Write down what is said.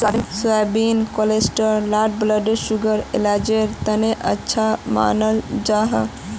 soybean cholesterol आर blood सुगरर इलाजेर तने अच्छा मानाल जाहा